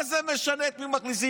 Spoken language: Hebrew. מה זה משנה את מי מכניסים?